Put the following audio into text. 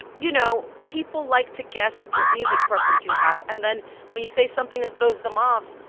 you know, people like to guess what music preference you have. and then when you say something that throws them off.